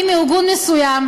אם ארגון מסוים,